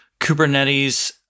Kubernetes